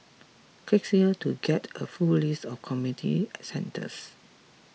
click here to get a full list of community centres